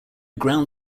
ground